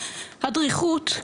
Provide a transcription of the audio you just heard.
הדריכות,